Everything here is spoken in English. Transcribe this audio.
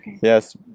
Yes